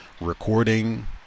recording